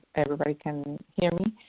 everybody can hear me.